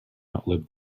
outlive